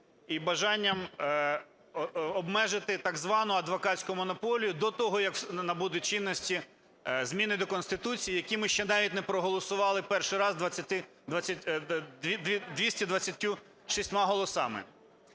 і бажанням обмежити так звану адвокатську монополію до того, як набудуть чинності зміни до Конституції, які ми ще навіть не проголосували перший раз 226 голосами.